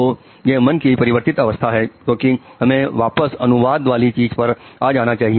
तो यह मन के परिवर्तन की अवस्था है क्योंकि हमें वापस अनुवाद वाली चीज पर आ जाना चाहिए